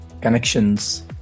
Connections